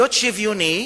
להיות שוויוני: